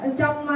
trong